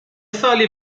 سالی